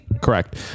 correct